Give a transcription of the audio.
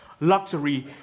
luxury